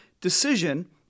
decision